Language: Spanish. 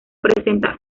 presenta